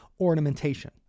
ornamentation